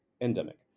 endemic